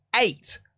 eight